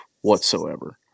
whatsoever